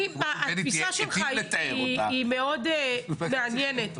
התפיסה שלך מאוד מעניינת,